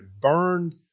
burned